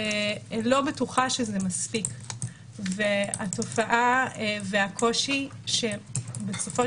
אני לא בטוחה שזה מספיק והתופעה והקושי שבסופו